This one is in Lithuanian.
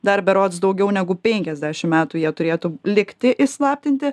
dar berods daugiau negu penkiasdešim metų jie turėtų likti įslaptinti